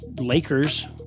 Lakers